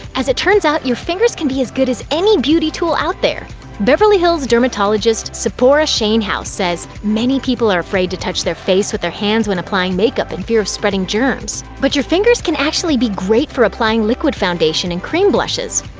as it turns out, your fingers can be as good as any beauty tool out there. beverly hills dermatologist tsippora shainhouse says, many people are afraid to touch their face with their hands when applying makeup in fear of spreading germs. but your fingers can actually be great for applying liquid foundation and cream blushes.